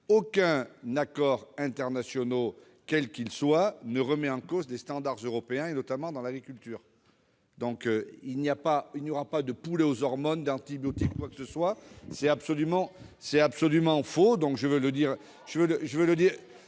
aucun accord international, quel qu'il soit, madame Cukierman, ne remet en cause les standards européens, notamment dans l'agriculture. Il n'y aura pas de poulet aux hormones, d'antibiotiques ou quoi que ce soit d'autre. C'est absolument faux